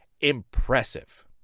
impressive